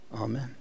Amen